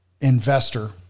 investor